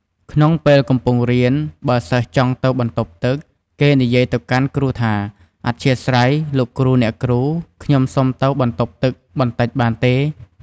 ក្នុងពេលកំពុងរៀន បើសិស្សចង់ទៅបន្ទប់ទឹក គេនិយាយទៅកាន់គ្រូថា អធ្យាស្រ័យ លោកគ្រូ អ្នកគ្រូ ខ្ញុំសុំទៅបន្ទប់ទឹកបន្តិចបានទេ។